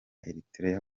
eritrea